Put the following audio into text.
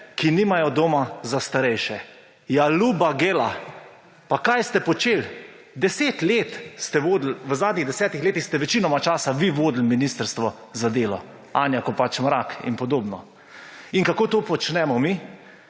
ki nimajo doma za starejše. Ja, luba Gela, pa kaj ste počeli? V zadnjih 10-ih letih ste večinoma časa vi vodili Ministrstvo za delo, Anja Kopač Mrak in podobno. In kako to počnemo mi?